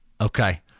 Okay